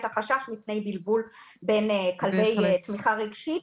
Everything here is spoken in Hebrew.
החשש מפני בלבול בין כלבי תמיכה רגשית,